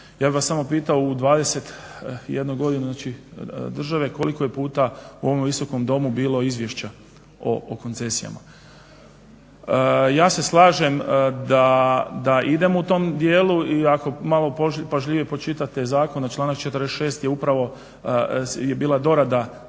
Ja bih vas samo pitao, u 21 godinu države koliko je puta u ovom Visokom domu bilo izvješća o koncesijama. Ja se slažem da idemo u tom dijelu i ako malo pažljivije pročitate zakon, a članak 46. je upravo bila dorada